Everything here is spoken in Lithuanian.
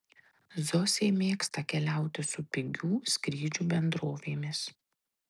zosė mėgsta keliauti su pigių skrydžių bendrovėmis